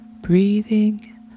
breathing